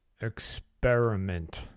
experiment